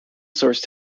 source